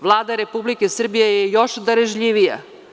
Vlada Republike Srbije je još darežljivija.